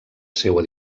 seua